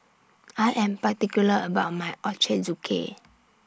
I Am particular about My Ochazuke